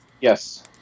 Yes